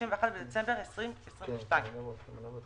31 בדצמבר 2022". תודה.